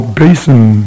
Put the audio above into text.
basin